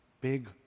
Big